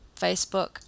Facebook